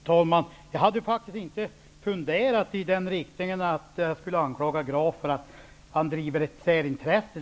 Herr talman! Jag har faktiskt inte tänkt i den riktningen att jag skulle anklaga Carl Fredrik Graf för att driva ett särintresse.